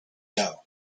doe